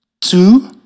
two